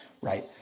right